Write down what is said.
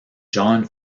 john